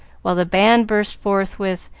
while the band burst forth with,